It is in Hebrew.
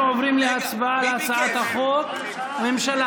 אנחנו עוברים להצבעה על הצעת חוק